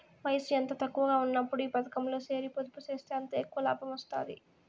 వయసు ఎంత తక్కువగా ఉన్నప్పుడు ఈ పతకంలో సేరి పొదుపు సేస్తే అంత ఎక్కవ లాబం వస్తాది